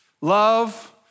Love